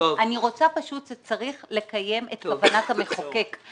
צריך לקיים את כוונת המחוקק.